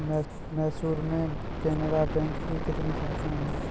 मैसूर में केनरा बैंक की कितनी शाखाएँ है?